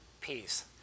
peace